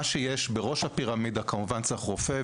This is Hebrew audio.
כמובן שבשביל מה שיש בראש הפירמידה צריך רופא,